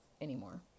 anymore